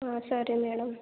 సరే మేడం